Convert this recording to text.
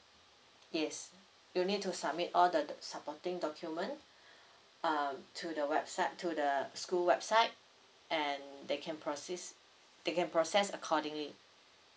yes you need to submit all the supporting document uh to the website to the school website and they can persist they can process accordingly